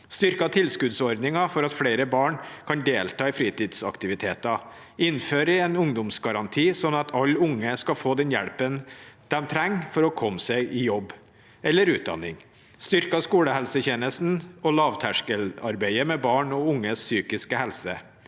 styrker tilskuddsordningen for at flere barn kan delta i fritidsaktiviteter, innfører en ungdomsgaranti sånn at alle unge skal få den hjelpen de trenger for å komme seg i jobb eller utdanning, styrker skolehelsetjenesten og lavterskelarbeidet med barn og unges psykiske helse,